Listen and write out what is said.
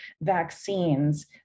vaccines